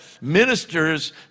ministers